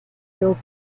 kills